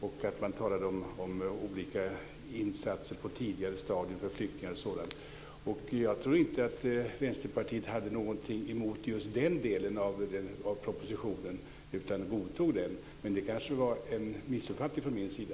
Man talade också om att göra olika insatser för flyktingar på ett tidigare stadium. Jag trodde inte att man i Vänsterpartiet hade något emot just den delen av propositionen, utan jag trodde att man godtog den. Men det kanske var en missuppfattning från min sida?